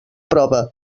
prova